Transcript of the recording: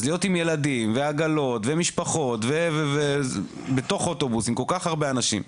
אז להיות עם ילדים ועגלות ומשפחות בתוך אוטובוס עם כל כך הרבה אנשים,